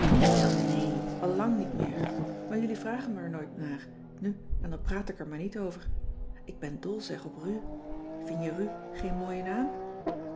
welnee allang niet meer maar jullie vragen er me nooit naar nu en dan praat ik er maar niet over ik ben dol zeg op ru vin je ru geen mooie naam